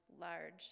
large